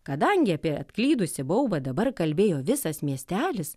kadangi apie atklydusį baubą dabar kalbėjo visas miestelis